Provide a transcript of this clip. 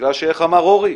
בגלל שאיך אמר אורי,